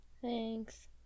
Thanks